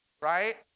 right